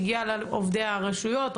הגיעה על עובדי הרשויות,